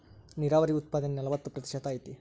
ನೇರಾವರಿ ಉತ್ಪಾದನೆ ನಲವತ್ತ ಪ್ರತಿಶತಾ ಐತಿ